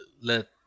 let